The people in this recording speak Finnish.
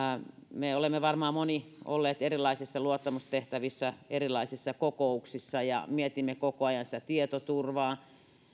monet ovat varmaan olleet erilaisissa luottamustehtävissä erilaisissa kokouksissa ja mietimme koko ajan sitä tietoturvaa